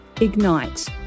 ignite